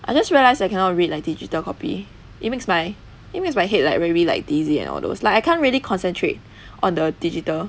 I just realized I cannot read like digital copy it makes my it makes my head like very like dizzy and all those like I can't really concentrate on the digital